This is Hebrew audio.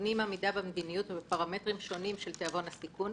בוחנים עמידה במדיניות ובפרמטרים שונים של תיאבון הסיכון,